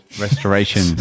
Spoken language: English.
restoration